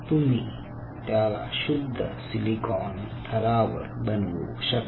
तुम्ही त्याला शुद्ध सिलिकॉन थरावावर बनवू शकता